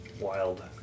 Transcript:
wild